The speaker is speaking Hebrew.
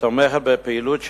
תומכת בפעילות שלהן,